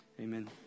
Amen